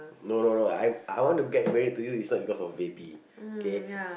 no no no I I want to get married to you is not because of baby K